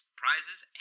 prizes